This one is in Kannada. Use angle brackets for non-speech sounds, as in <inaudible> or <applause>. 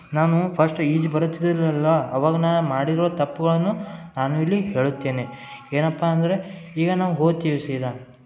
ನಾನೂ ಫಸ್ಟ್ ಈಜು ಬರುತ್ತಿ <unintelligible> ಅವಾಗ್ ನಾ ಮಾಡಿರೋ ತಪ್ಗಳನ್ನು ನಾನು ಇಲ್ಲಿ ಹೇಳುತ್ತೇನೆ ಏನಪ್ಪಾ ಅಂದರೆ ಈಗ ನಾವು ಹೋತಿವಿ ಸೀದಾ